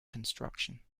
construction